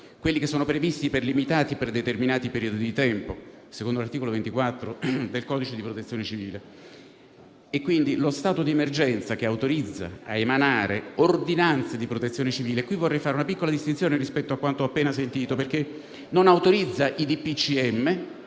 l'emergenza, previsti per limitati e determinati periodi di tempo, secondo l'articolo 24 del codice di protezione civile e, quindi, lo stato di emergenza che autorizza a emanare ordinanze di protezione civile. Qui vorrei fare una piccola distinzione rispetto a quanto ho appena ascoltato, perché lo stato di